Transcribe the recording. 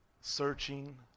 Searching